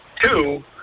Two